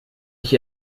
ich